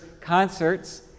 concerts